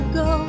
go